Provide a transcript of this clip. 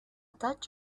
touch